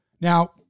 now